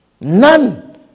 None